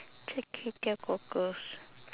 char kway teow cockles